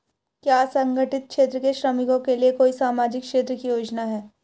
क्या असंगठित क्षेत्र के श्रमिकों के लिए कोई सामाजिक क्षेत्र की योजना है?